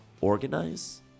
organize